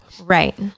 Right